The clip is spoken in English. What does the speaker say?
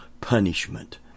punishment